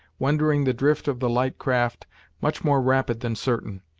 rendering the drift of the light craft much more rapid than certain.